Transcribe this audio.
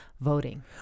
voting